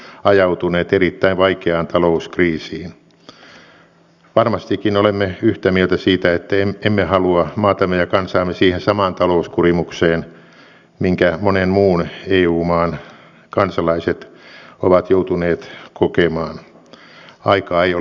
yksi ryhmä josta olen itse erityisen huolissani ovat maahanmuuttajanaiset johtuen siitä että heidän kohdallaan tarvitaan sen tyyppistä erityisosaamista ja erityispalvelua johon näen että meidän pitää pystyä myöskin tulevaisuudessa vastaamaan